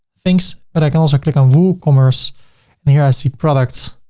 things. but i can also click on woocommerce and here i see products.